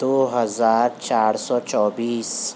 دو ہزار چار سو چوبیس